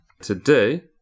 Today